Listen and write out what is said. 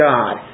God